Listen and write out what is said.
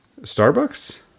Starbucks